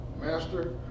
Master